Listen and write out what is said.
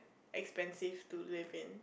expensive to live in